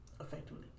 effectively